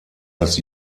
das